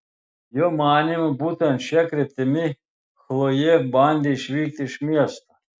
jo manymu būtent šia kryptimi chlojė bandė išvykti iš miesto